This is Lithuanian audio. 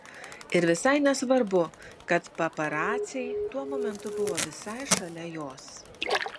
ir visai nesvarbu kad paparaciai tuo momentu buvo visai šalia jos